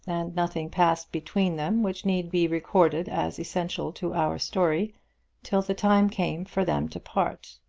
nothing passed between them which need be recorded as essential to our story till the time came for them to part.